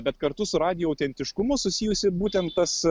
bet kartu su radijo autentiškumu susijusi būtent tas